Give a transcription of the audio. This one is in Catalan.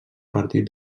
partit